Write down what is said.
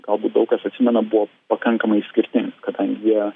galbūt daug kas atsimena buvo pakankamai skirtinga kadangi jie